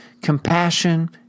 compassion